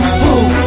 fool